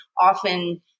often